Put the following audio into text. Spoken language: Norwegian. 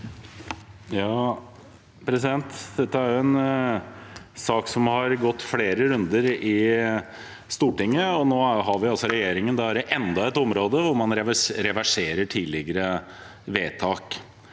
(V) Dette er en sak som har gått flere runder i Stortinget, og nå har altså regjeringen enda et område hvor man reverserer tidligere vedtak.